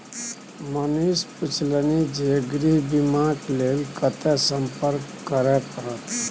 मनीष पुछलनि जे गृह बीमाक लेल कतय संपर्क करय परत?